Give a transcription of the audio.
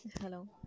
Hello